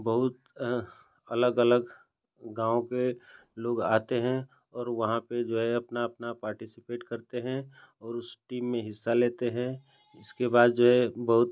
बहुत अलग अलग गाँव के लोग आते हैं और वहाँ पर जो है अपना अपना पार्टिसिपेट करते हैं और उस टीम में हिस्सा लेते हैं इसके बाद जो है बहुत